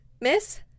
miss